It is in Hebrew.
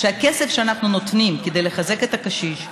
שהכסף שאנחנו נותנים כדי לחזק את הקשיש,